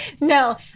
no